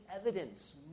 evidence